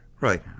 Right